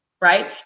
Right